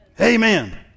Amen